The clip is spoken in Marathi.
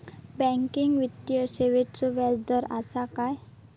बँकिंग वित्तीय सेवाचो व्याजदर असता काय?